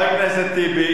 חבר הכנסת טיבי,